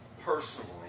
personally